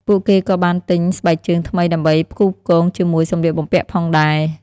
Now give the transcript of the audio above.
ពួកគេក៏បានទិញស្បែកជើងថ្មីដើម្បីផ្គូរផ្គងជាមួយសម្លៀកបំពាក់ផងដែរ។